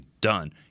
done